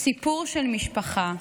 סיפור של משפחה.